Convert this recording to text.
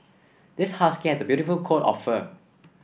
this husky has a beautiful coat of fur